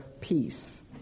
peace